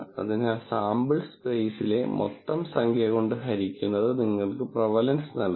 അതിനാൽ സാമ്പിൾ സ്പെയ്സിലെ മൊത്തം സംഖ്യ കൊണ്ട് ഹരിക്കുന്നത് നിങ്ങൾക്ക് പ്രെവലൻസ് നൽകും